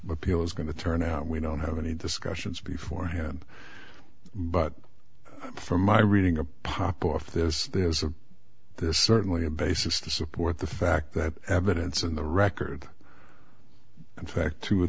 appeal is going to turn out we don't have any discussions before hand but from my reading of pop off this there is a there's certainly a basis to support the fact that evidence in the record in fact two of